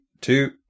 two